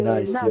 Nice